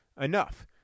enough